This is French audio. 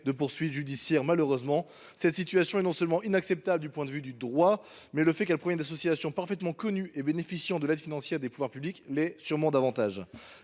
de poursuites judiciaires. Non seulement cette situation est inacceptable du point de vue du droit, mais le fait qu’elle provienne d’associations parfaitement connues et bénéficiant de l’aide financière des pouvoirs publics l’est davantage